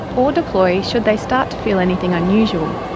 or deploy should they start to feel anything unusual.